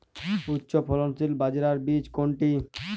উচ্চফলনশীল বাজরার বীজ কোনটি?